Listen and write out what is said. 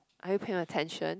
are you paying attention